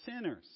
sinners